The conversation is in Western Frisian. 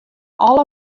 alle